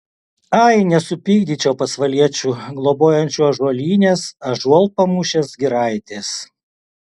ai nesupykdyčiau pasvaliečių globojančių ąžuolynės ąžuolpamūšės giraitės